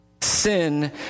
Sin